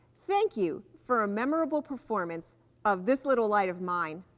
thank you for a memorable performance of this little light of mine.